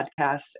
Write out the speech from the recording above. podcasts